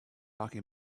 talking